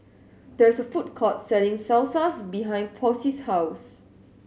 there is a food court selling Salsas behind Posey's house